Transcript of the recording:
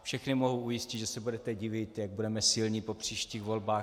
Všechny mohu ujistit, že se budete divit, jak budeme silní po příštích volbách.